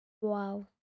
wow